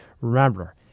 Remember